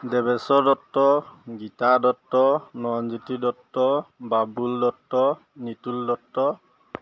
Debeswar Dutta Gita Dutta Nayanjyoti Dutta Babul Dutta Nitul Dutta